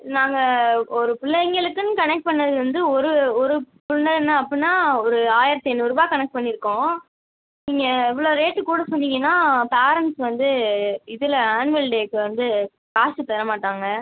நாங்கள் ஒரு பிள்ளைங்களுக்குனு கணக்கு பண்ணிணது வந்து ஒரு ஒரு பிள்ளனா அப்புடினா ஒரு ஆயிரத்து ஐநூறுரூவா கணக்கு பண்ணியிருக்கோம் நீங்கள் இவ்வளோ ரேட்டு கூட சொன்னீங்கனால் பேரண்ட்ஸ் வந்து இதில் ஆன்வல் டேவுக்கு வந்து காசு தரமாட்டாங்க